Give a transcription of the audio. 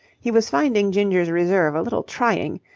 he was finding ginger's reserve a little trying,